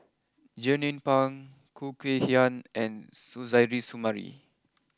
Jernnine Pang Khoo Kay Hian and Suzairhe Sumari